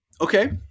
Okay